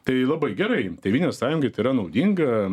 tai labai gerai tėvynės sąjungai tai yra naudinga